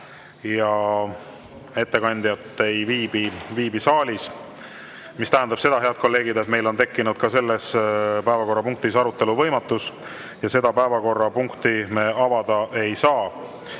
– ettekandjat ei viibi saalis. See tähendab seda, head kolleegid, et meil on tekkinud ka selles päevakorrapunktis arutelu võimatus ja seda päevakorrapunkti me avada ei saa.